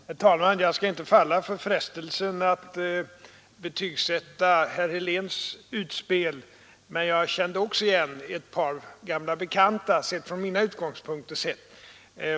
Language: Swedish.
Herr talman! Jag skall inte falla för frestelsen att betygsätta herr Heléns utspel, men jag kände också igen ett par gamla bekanta.